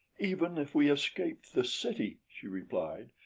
even if we escaped the city, she replied,